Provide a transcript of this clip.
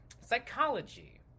psychology